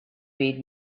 read